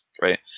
right